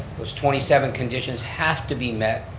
those twenty seven conditions have to be met.